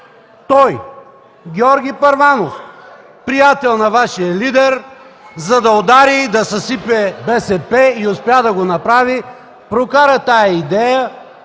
той! Георги Първанов – приятел на Вашия лидер, за да удари и да съсипе БСП и успя да го направи. Прокара тази идея